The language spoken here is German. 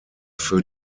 für